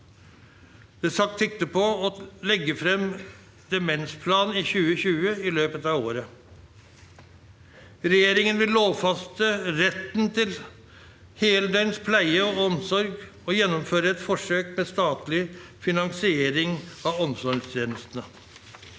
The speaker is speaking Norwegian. Det tas sikte på å legge frem Demensplan 2020 i løpet av året. Regjeringen vil lovfeste retten til heldøgns pleie og omsorg og gjennomføre et forsøk med statlig finansiering av omsorgstjenestene.